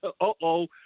Uh-oh